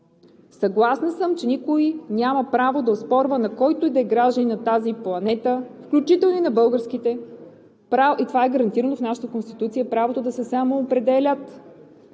Съгласна съм, че никой няма право да оспорва на който и да е гражданин на тази планета, включително и на българските, и това е гарантирано в нашата Конституция – правото да се само-опре-де-лят,